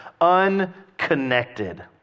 Unconnected